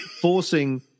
forcing